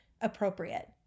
appropriate